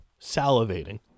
salivating